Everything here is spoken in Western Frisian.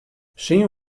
syn